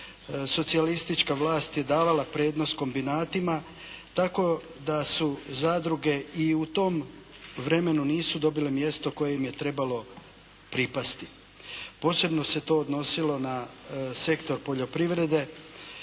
socijalistička vlast je davala prednost kombinatima tako da su zadruge i u tom vremenu nisu dobile mjesto koje im je trebalo pripasti. Posebno se to odnosilo na sektor poljoprivrede